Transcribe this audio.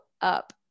up